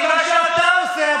כי מה שאתה עושה,